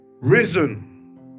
risen